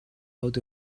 out